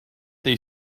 they